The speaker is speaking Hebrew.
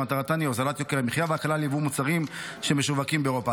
ומטרתן היא הוזלת יוקר המחיה והקלה ביבוא מוצרים שמשווקים באירופה.